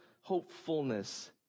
hopefulness